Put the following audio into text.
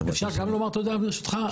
אפשר גם לומר תודה, ברשותך?